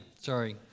sorry